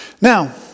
Now